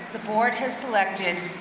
the board has selected,